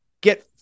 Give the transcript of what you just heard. Get